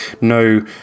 no